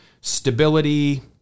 stability